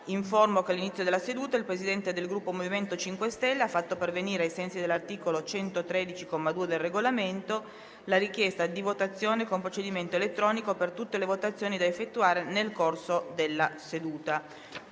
che all'inizio della seduta il Presidente del Gruppo MoVimento 5 Stelle ha fatto pervenire, ai sensi dell'articolo 113, comma 2, del Regolamento, la richiesta di votazione con procedimento elettronico per tutte le votazioni da effettuare nel corso della seduta.